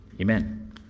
Amen